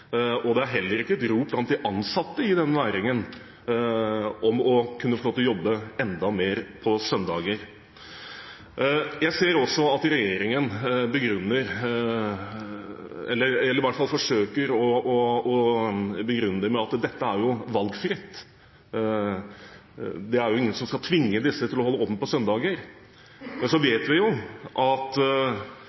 og det er heller ikke et rop blant de ansatte i denne næringen om å kunne få lov til å jobbe enda mer på søndager. Jeg ser også at regjeringen forsøker å begrunne det med at dette er valgfritt, det er jo ingen som skal tvinge disse til å holde åpent på søndager. Men så vet vi at